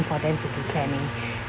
for them to be planning